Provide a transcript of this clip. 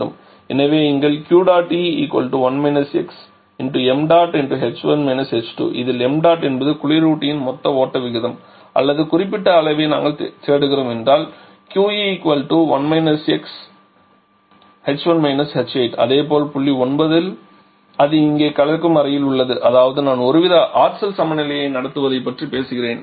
எனவே இங்கே QE1 xmh1 h2 இதில் ṁ என்பது குளிரூட்டியின் மொத்த ஓட்ட விகிதம் அல்லது குறிப்பிட்ட விளைவை நாங்கள் தேடுகிறோம் என்றால் qE1 xh1 h8 அதேபோல் புள்ளி எண் 9 இல் அது இங்கே கலக்கும் அறையில் உள்ளது அதாவது நான் ஒருவித ஆற்றல் சமநிலையை நடத்துவதைப் பற்றி பேசுகிறேன்